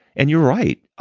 and you're right.